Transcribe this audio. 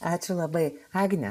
ačiū labai agne